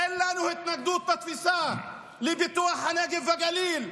אין לנו התנגדות בתפיסה לפיתוח הנגב והגליל,